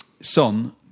Son